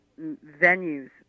venues